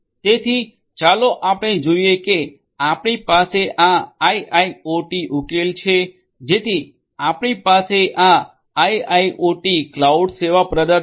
તેથી ચાલો આપણે જોઈએ કે આપણી પાસે આ આઇઆઇઓટી ઉકેલ છે જેથી આપણી પાસે આ આઇઆઇઓટી ક્લાઉડ સેવા પ્રદાતા છે